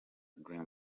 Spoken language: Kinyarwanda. dream